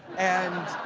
and,